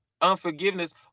unforgiveness